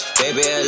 baby